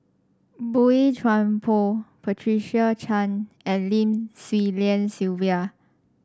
Boey Chuan Poh Patricia Chan and Lim Swee Lian Sylvia